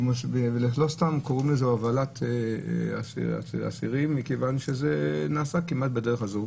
לא סתם קוראים לזה הובלת אסירים מכיוון שזה נעשה כמעט בדרך הזו.